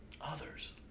others